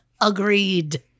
Agreed